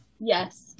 Yes